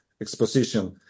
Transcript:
exposition